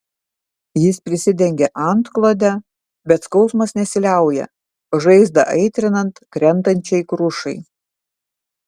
jis prisidengia antklode bet skausmas nesiliauja žaizdą aitrinant krentančiai krušai